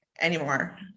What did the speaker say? anymore